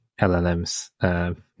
LLMs